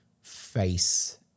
face –